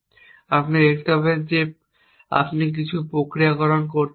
আপনি দেখতে পাবেন যে আপনি কিছু প্রক্রিয়াকরণ করতে পারেন